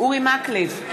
אורי מקלב,